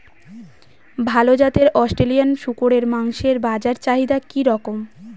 ভাল জাতের অস্ট্রেলিয়ান শূকরের মাংসের বাজার চাহিদা কি রকম?